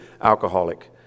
alcoholic